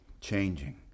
changing